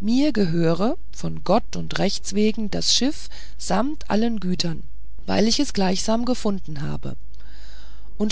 mir gehöre von gott und rechts wegen das schiff samt allen gütern weil ich es gleichsam gefunden habe